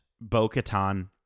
Bo-Katan